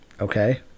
Okay